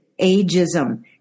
ageism